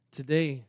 today